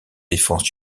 défense